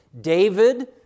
David